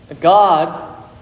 God